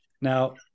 Now